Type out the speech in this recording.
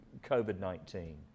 COVID-19